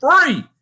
free